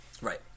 Right